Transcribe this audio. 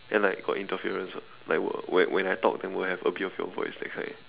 and like got interference [what] like when I talk will have a bit of your voice that kind